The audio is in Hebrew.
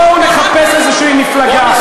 בואו נחפש איזושהי מפלגה,